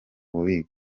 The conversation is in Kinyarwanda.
bubiko